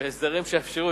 והסדרים שיאפשרו,